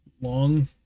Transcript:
long